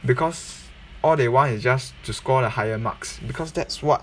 because all they want is just to score the higher marks because that's what